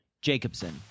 Jacobson